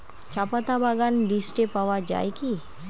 চাপাতা বাগান লিস্টে পাওয়া যায় কি?